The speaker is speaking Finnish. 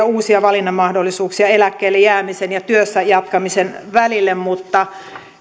uusia valinnanmahdollisuuksia eläkkeelle jäämisen ja työssä jatkamisen välille mutta